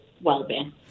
well-being